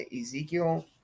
Ezekiel